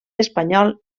espanyol